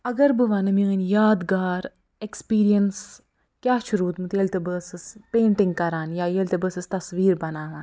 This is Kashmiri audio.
اَگر بہٕ وَنہٕ میٛٲنۍ یادگار ایکٕسپیٖرنَس کیٛاہ چھُ روٗدمُت ییٚلہِ تہٕ بہٕ ٲسٕس پٮ۪ٹِنٛگ کَران یا ییٚلہِ تہِ بہٕ ٲسٕس تصویٖر بناوان